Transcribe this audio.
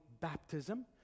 baptism